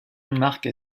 marque